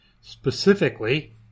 specifically